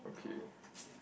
okay